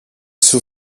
σου